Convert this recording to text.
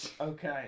Okay